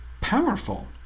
powerful